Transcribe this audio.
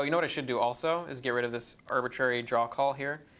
ah you know what i should do also? is get rid of this arbitrary draw call here,